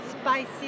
spicy